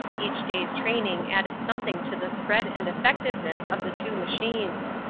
each day's training added something to the spread and effectiveness of the two machines.